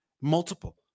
multiple